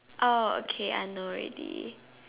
oh okay I know already